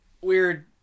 weird